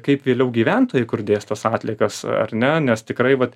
kaip vėliau gyventojai kur dės tas atliekas ar ne nes tikrai vat